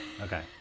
Okay